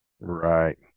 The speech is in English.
Right